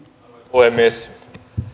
puhemies